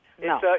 No